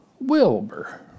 Wilbur